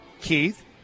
Keith